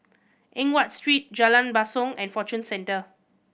Eng Watt Street Jalan Basong and Fortune Centre